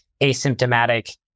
asymptomatic